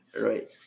right